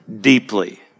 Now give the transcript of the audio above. deeply